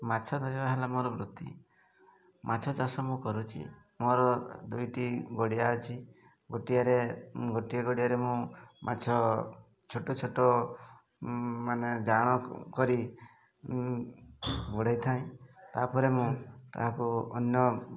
ମାଛ ଧରିବା ହେଲା ମୋର ବୃତ୍ତି ମାଛ ଚାଷ ମୁଁ କରୁଛି ମୋର ଦୁଇଟି ଗଡ଼ିଆ ଅଛି ଗୋଟିଏରେ ଗୋଟିଏ ଗଡ଼ିଆରେ ମୁଁ ମାଛ ଛୋଟ ଛୋଟ ମାନେ ଜାଆଁଳ କରି ଗୋଡ଼ାଇଥାଏ ତା'ପରେ ମୁଁ ତାହାକୁ ଅନ୍ୟ